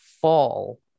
fall